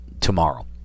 tomorrow